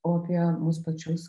o apie mus pačius